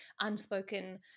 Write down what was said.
unspoken